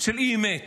אי-אמת